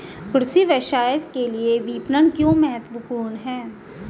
कृषि व्यवसाय के लिए विपणन क्यों महत्वपूर्ण है?